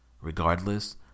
Regardless